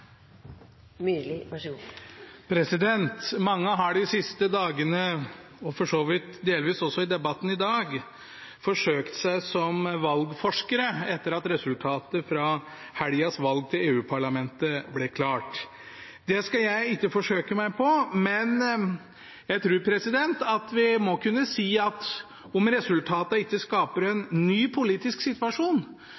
Mange har de siste dagene – og for så vidt delvis også i debatten i dag – forsøkt seg som valgforskere etter at resultatet fra helgas valg til EU-parlamentet ble klart. Det skal ikke jeg forsøke meg på, men jeg tror vi må kunne si at om resultatene ikke skaper en